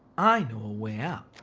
i know a way out.